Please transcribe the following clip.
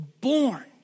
born